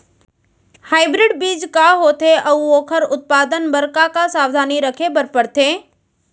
Hybrid बीज का होथे अऊ ओखर उत्पादन बर का का सावधानी रखे बर परथे?